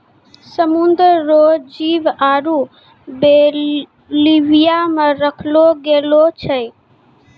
समुद्र रो जीव आरु बेल्विया मे रखलो गेलो छै